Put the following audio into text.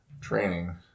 training